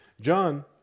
John